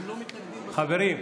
חברים,